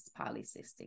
polycystic